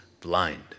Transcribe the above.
blind